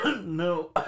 No